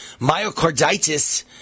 Myocarditis